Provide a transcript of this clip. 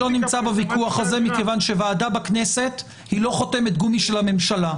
אני לא נמצא בוויכוח הזה כי ועדה בכנסת היא לא חותמת גומי של הממשלה.